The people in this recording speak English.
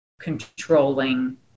controlling